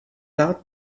rád